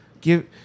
Give